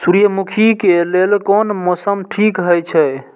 सूर्यमुखी के लेल कोन मौसम ठीक हे छे?